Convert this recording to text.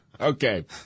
Okay